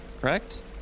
correct